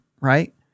right